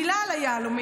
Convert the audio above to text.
מילה על היהלומים.